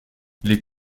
les